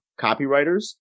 copywriters